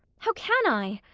how can i?